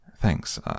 Thanks